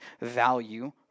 value